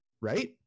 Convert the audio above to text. right